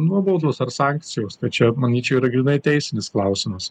nuobaudos ar sankcijos tai čia manyčiau yra grynai teisinis klausimas